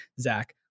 Zach